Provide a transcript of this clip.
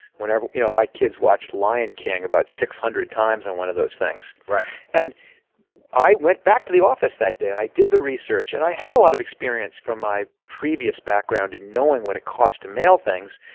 whenever you know my kids watched lion king about six hundred times on one of those things. right. and i went back to the office that day and i did the research and i had a lot of experience from my previous background in knowing what it cost to mail things.